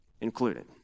included